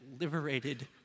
liberated